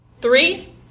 Three